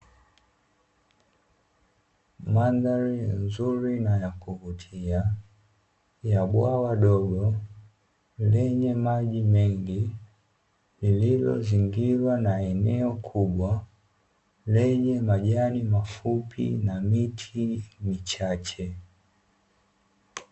Madhari nzuri na ya kuvutia ya bwawa dogo, lenye maji mengi lililozingirwa na eneo kubwa, lenye majani mafupi na miti michache.